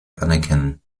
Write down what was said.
anerkennen